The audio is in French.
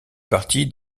partie